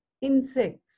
insects